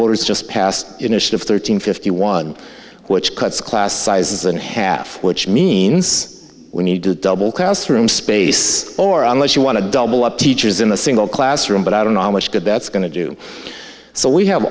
voters just passed initiative thirteen fifty one which cuts class sizes and half which means we need to double classroom space or unless you want to double up teachers in a single classroom but i don't know how much good that's going to do so we have